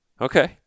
Okay